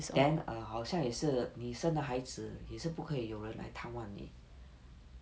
then err 好像也是你生了孩子也是不可以有人来探望你